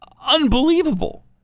Unbelievable